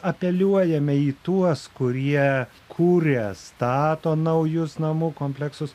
apeliuojame į tuos kurie kuria stato naujus namų kompleksus